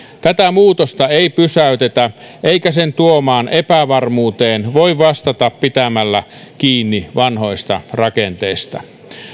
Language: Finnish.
tätä muutosta ei pysäytetä eikä sen tuomaan epävarmuuteen voi vastata pitämällä kiinni vanhoista rakenteista